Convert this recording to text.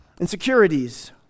insecurities